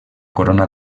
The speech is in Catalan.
corona